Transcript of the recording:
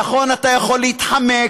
נכון, אתה יכול להתחמק,